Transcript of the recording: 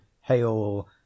hail